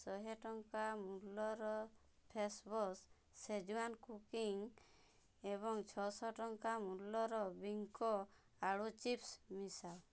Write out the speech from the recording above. ଶହେ ଟଙ୍କା ମୂଲ୍ୟର ଫେସ୍ୱାଶ୍ ସେଜୱାନ୍ କୁକିଂ ଏବଂ ଛଅଶହ ଟଙ୍କା ମୂଲ୍ୟର ବିଙ୍ଗୋ ଆଳୁ ଚିପ୍ସ ମିଶାଅ